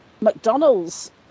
mcdonald's